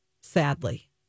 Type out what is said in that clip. sadly